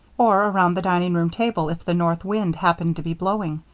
or around the dining-room table if the north wind happened to be blowing,